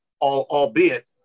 albeit